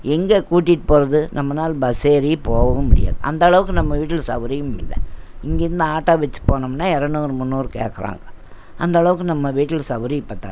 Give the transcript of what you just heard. எங்கே கூட்டிகிட்டு போகிறது நம்மனால் பஸ் ஏறி போகவும் முடியாது அந்தளவுக்கு நம்ம வீட்டில் சவுரியமுமில்லை இங்கேருந்து ஆட்டோ வச்சி போனமுன்னால் இரநூறு முன்னூறு கேட்கறாங்க அந்தளவுக்கு நம்ம வீட்டில் சவுரியப்பத்தாததுப்பா